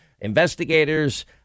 investigators